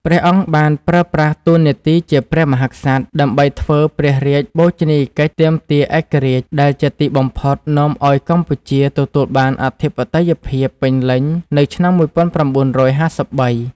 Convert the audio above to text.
ព្រះអង្គបានប្រើប្រាស់តួនាទីជាព្រះមហាក្សត្រ ដើម្បីធ្វើព្រះរាជបូជនីយកិច្ចទាមទារឯករាជ្យ ដែលជាទីបំផុតនាំឱ្យកម្ពុជាទទួលបានអធិបតេយ្យភាពពេញលេញនៅឆ្នាំ១៩៥៣។